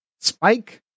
Spike